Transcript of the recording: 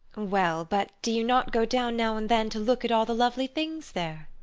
well, but do you not go down now and then to look at all the lovely things there?